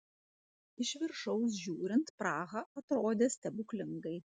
iš viršaus žiūrint praha atrodė stebuklingai